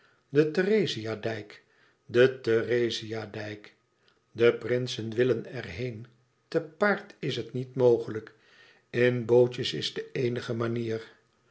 de therezia dijk de therezia dijk de prinsen willen er heen te paard is het niet mogelijk in bootjes is de eenige manier